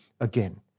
again